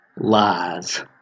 Lies